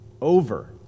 over